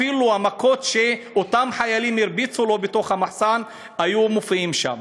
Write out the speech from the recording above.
אפילו המכות שאותם חיילים הרביצו לו בתוך המחסן הופיעו שם.